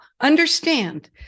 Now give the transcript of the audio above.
understand